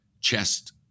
chest